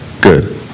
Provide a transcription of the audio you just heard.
Good